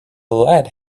lead